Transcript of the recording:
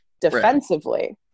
defensively